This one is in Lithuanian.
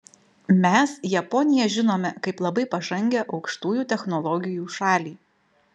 mes japoniją žinome kaip labai pažangią aukštųjų technologijų šalį